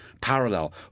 parallel